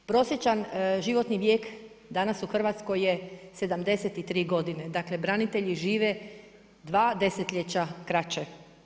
Prosječan životni vijek danas u Hrvatskoj je 73 godine, dakle branitelji žive 2 desetljeća kraće.